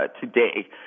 today